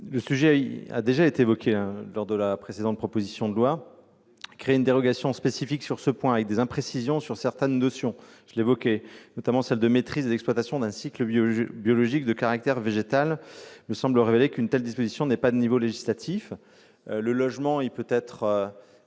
Ce sujet avait déjà été évoqué lors de la précédente proposition de loi. Créer une dérogation spécifique sur ce point, avec des imprécisions sur certaines notions, notamment celle de maîtrise et d'exploitation d'un cycle biologique de caractère végétal, me semble révéler qu'une telle disposition n'est pas de niveau législatif. Vous citiez le chiffre